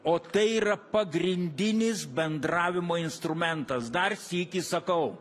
o tai yra pagrindinis bendravimo instrumentas dar sykį sakau